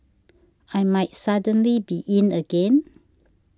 I might suddenly be in again